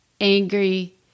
angry